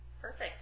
Perfect